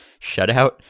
shutout